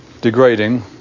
degrading